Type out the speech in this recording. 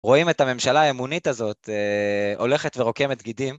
רואים את הממשלה האמונית הזאת הולכת ורוקמת גידים.